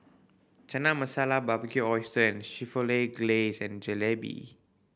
Chana Masala Barbecued Oysters with Chipotle Glaze and Jalebi